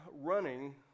running